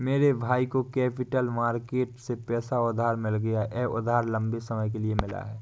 मेरे भाई को कैपिटल मार्केट से पैसा उधार मिल गया यह उधार लम्बे समय के लिए मिला है